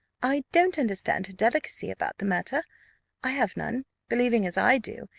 i don't understand her delicacy about the matter i have none believing, as i do,